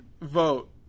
Vote